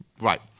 Right